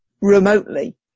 remotely